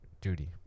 duty